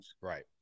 Right